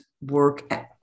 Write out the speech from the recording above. work